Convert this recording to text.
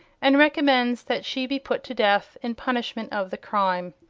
and recommends that she be put to death in punishment of the crime.